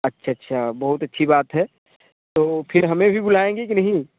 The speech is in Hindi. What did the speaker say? अच्छा अच्छा बहुत अच्छी बात है तो फिर हमें भी बुलाएँगे कि नहीं